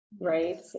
right